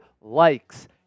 likes